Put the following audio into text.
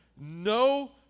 No